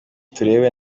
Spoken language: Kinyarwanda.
turebe